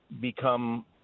become